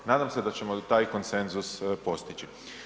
Nadam se da ćemo taj konsenzus postići.